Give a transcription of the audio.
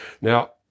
Now